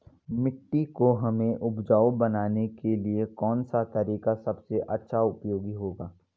मिट्टी को हमें उपजाऊ बनाने के लिए कौन सा तरीका सबसे अच्छा उपयोगी होगा?